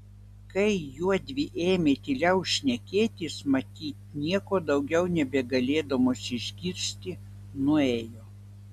kai juodvi ėmė tyliau šnekėtis matyt nieko daugiau nebegalėdamos išgirsti nuėjo